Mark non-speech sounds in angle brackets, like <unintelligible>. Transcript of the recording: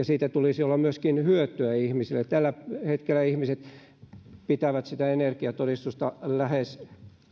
<unintelligible> siitä tulisi olla myöskin hyötyä ihmisille tällä hetkellä ihmiset pitävät sitä energiatodistusta lähes